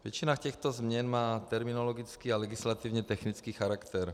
Většina těchto změn má terminologický a legislativně technický charakter.